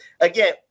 again